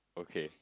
okay